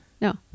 No